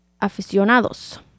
aficionados